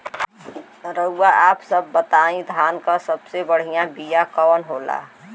रउआ आप सब बताई धान क सबसे बढ़ियां बिया कवन होला?